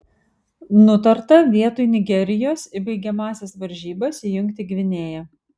nutarta vietoj nigerijos į baigiamąsias varžybas įjungti gvinėją